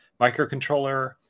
microcontroller